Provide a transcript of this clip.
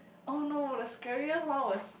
oh no the scariest one was